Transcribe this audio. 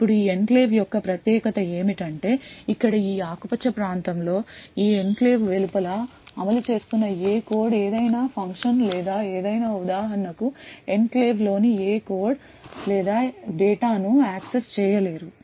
ఇప్పుడు ఈ ఎన్క్లేవ్ యొక్క ప్రత్యేకత ఏమిటంటే ఇక్కడ ఈ ఆకుపచ్చ ప్రాంతం లో ఈ ఎన్క్లేవ్ వెలుపల అమలు చేస్తున్న ఏ కోడ్ ఏదైనా ఫంక్షన్ లేదా ఏదైనా ఉదాహరణకు ఎన్క్లేవ్లోని ఏ కోడ్ లేదా డేటా ను యాక్సెస్ చేయలేరు